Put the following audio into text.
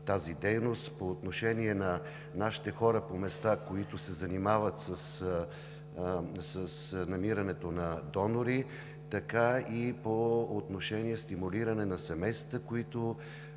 тази дейност, по отношение на нашите хора по места, които се занимават с намирането на донори, така и по отношение на стимулиране на семействата, които